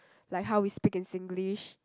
like how we speak in Singlish